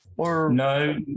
No